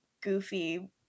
goofy